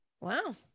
Wow